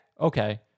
okay